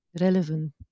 relevant